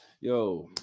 yo